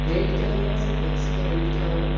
rent کیا لگے گا سر ٹیکسی کا رینٹ کیا ہوگا